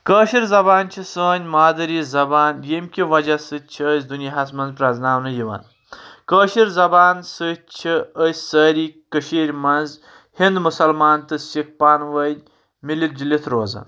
کٲشِر زبان چھِ سٲنۍ مادری زبان ییٚمہِ کہِ وجہ سۭتۍ چھِ أسۍ دُنیاہس منٛز پرٛزناونہٕ یِوان کٲشِر زبان سۭتۍ چھِ أسۍ سٲری کٔشیٖر منٛز ہندو مسلمان تہٕ سکھ پانہٕ ؤنۍ مِلتھ جُلتھ روزان